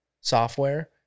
software